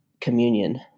communion